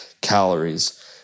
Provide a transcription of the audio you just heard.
calories